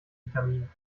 vitamin